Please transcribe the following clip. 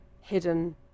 hidden